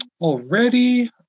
Already